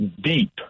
deep